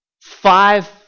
five